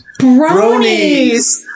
Bronies